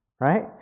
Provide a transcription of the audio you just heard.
right